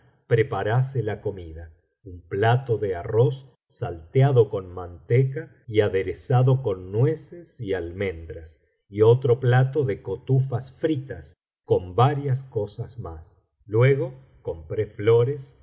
preparase la comida un plato de arroz salteado con manteca y aderezado con nueces y almendras y otro plato de cotufas fritas con varías cosas más luego compré flores